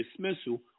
dismissal